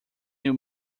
new